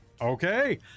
Okay